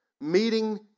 meeting